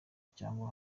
cyangwa